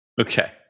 Okay